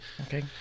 okay